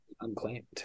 unclaimed